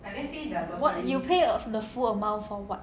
you pay the full amount for what